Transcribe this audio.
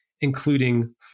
including